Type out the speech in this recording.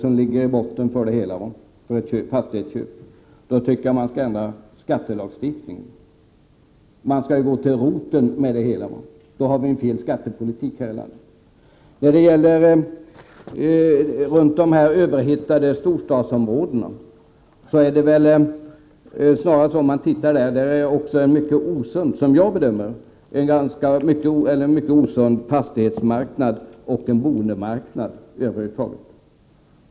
Om problemen vid fastighetsköp har skattepolitiska orsaker tycker jag att man skall ändra skattelagstiftningen. Man skall gå till botten med det hela. Vi har i så fall en felaktig skattepolitik i vårt land. Om man ser på områdena runt de överhettade storstäderna finns där en, som jag bedömer det, mycket osund fastighetsoch boendemarknad över huvud taget.